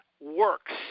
works